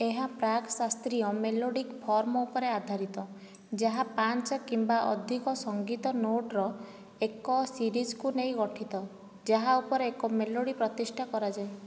ଏହା ପ୍ରାକ୍ ଶାସ୍ତ୍ରୀୟ ମେଲୋଡ଼ିକ୍ ଫର୍ମ ଉପରେ ଆଧାରିତ ଯାହା ପାଞ୍ଚ କିମ୍ବା ଅଧିକ ସଂଗୀତ ନୋଟ୍ର ଏକ ସିରିଜ୍କୁ ନେଇ ଗଠିତ ଯାହା ଉପରେ ଏକ ମେଲୋଡ଼ି ପ୍ରତିଷ୍ଠା କରାଯାଏ